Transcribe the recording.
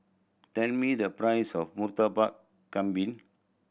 tell me the price of Murtabak Kambing